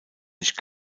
nicht